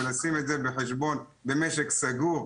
ולשים את זה בחשבון במשק סגור,